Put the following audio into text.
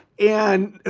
and